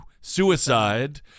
suicide